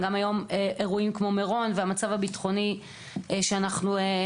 אירועים כמו מירון והמצב הביטחוני המתפתח